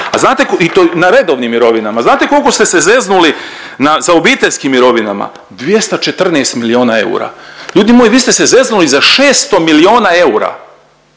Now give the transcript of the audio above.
A znate, i to na redovnim mirovinama, a znate kolko ste se zeznuli na, za obiteljskim mirovinama, 214 milijuna eura. Ljudi moji, vi ste se zeznuli za 600 milijuna eura